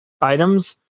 items